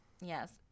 Yes